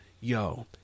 yo